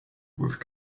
with